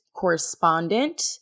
correspondent